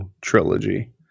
trilogy